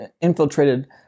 infiltrated